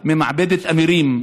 ממעבדת אמירים.